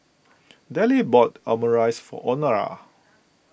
Dellie bought Omurice for Honora